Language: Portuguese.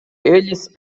eles